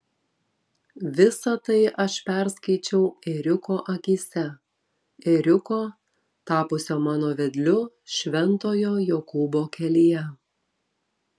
visa tai aš perskaičiau ėriuko akyse ėriuko tapusio mano vedliu šventojo jokūbo kelyje